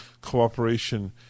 cooperation